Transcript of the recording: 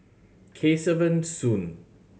Kesavan Soon